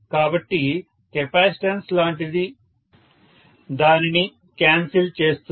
కాబట్టి కెపాసిటెన్స్ లాంటిది దానిని క్యాన్సిల్ చేస్తుంది